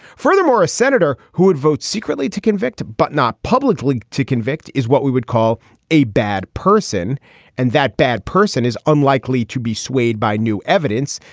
furthermore a senator who would vote secretly to convict but not publicly to convict is what we would call a bad person and that bad person is unlikely to be swayed by new evidence.